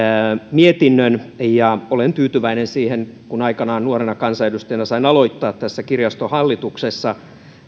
mietinnön ja olen tyytyväinen siihen kun aikanaan nuorena kansanedustajana sain aloittaa tässä kirjastohallituksessa